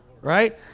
right